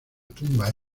tumba